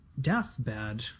deathbed